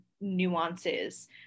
nuances